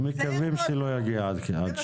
אנחנו מקווים שזה לא יגיע עד שם.